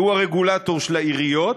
שהוא הרגולטור של העיריות,